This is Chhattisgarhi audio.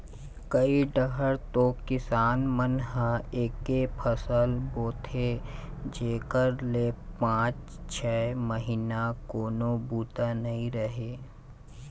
कइ डाहर तो किसान मन ह एके फसल बोथे जेखर ले पाँच छै महिना कोनो बूता नइ रहय